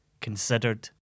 considered